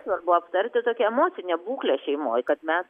svarbu aptarti tokia emocinė būklė šeimoj kad mes